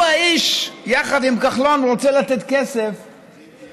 הוא האיש, יחד עם כחלון, שרוצה לתת כסף למחבלים.